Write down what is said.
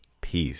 Peace